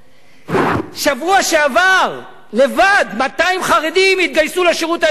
שבוע שעבר, לבד, 200 חרדים התגייסו לשירות האזרחי.